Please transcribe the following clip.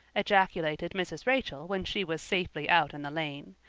ejaculated mrs. rachel when she was safely out in the lane.